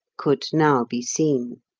could now be seen.